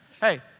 Hey